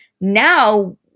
Now